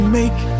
make